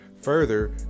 Further